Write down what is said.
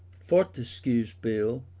fortescue's bill,